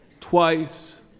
twice